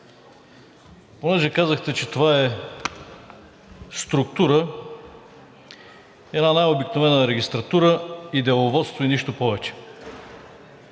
Понеже казахте, че това е структура, една най-обикновена регистратура и деловодство, и нищо повече,